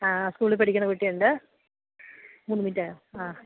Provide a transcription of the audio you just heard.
ആ സ്കൂളിൽ പഠിക്കുന്ന കുട്ടിയുണ്ട് മൂന്ന് മിനിറ്റായോ ആ